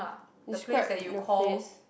describe the place